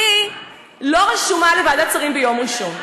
אני לא רשומה לוועדת שרים ביום ראשון.